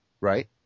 right